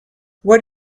what